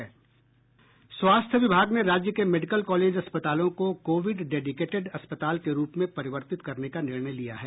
स्वास्थ्य विभाग ने राज्य के मेडिकल कॉलेज अस्पतालों को कोविड डेडिकेटेट अस्पताल के रूप में परिवर्तित करने का निर्णय लिया है